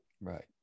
Right